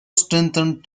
strengthened